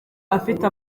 afite